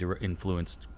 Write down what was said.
influenced